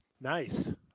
Nice